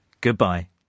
goodbye